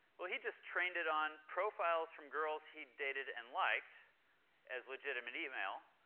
well, he just trained it on profiles from girls he dated and liked as legitimate email.